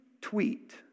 tweet